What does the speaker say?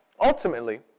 ultimately